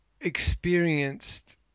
experienced